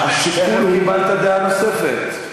קיבלת דעה נוספת.